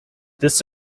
this